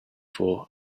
for